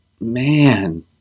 man